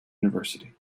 university